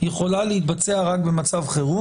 יכולה להתבצע רק במצב חירום.